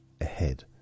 ahead